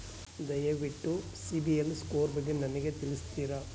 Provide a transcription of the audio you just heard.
ದಯವಿಟ್ಟು ಸಿಬಿಲ್ ಸ್ಕೋರ್ ಬಗ್ಗೆ ನನಗೆ ತಿಳಿಸ್ತೀರಾ?